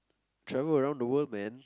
travel around the world man